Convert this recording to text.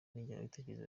n’ingengabitekerezo